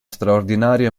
straordinario